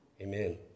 Amen